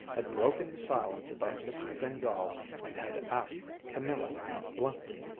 had broken the silence about mrs. fingal and had asked camilla bluntly,